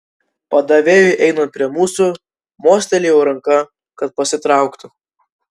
padavėjui einant prie mūsų mostelėjau ranka kad pasitrauktų